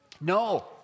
No